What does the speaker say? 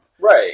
Right